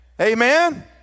Amen